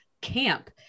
camp